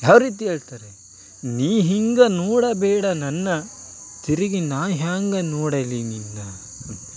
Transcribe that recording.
ಯಾವರೀತಿ ಹೇಳ್ತಾರೆ ನೀ ಹೀಂಗೆ ನೋಡಬೇಡ ನನ್ನ ತಿರುಗಿ ನಾ ಹ್ಯಾಂಗೆ ನೋಡಲಿ ನಿನ್ನ ಅಂತ